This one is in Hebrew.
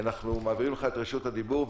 אנחנו מעבירים לך את רשות הדיבור.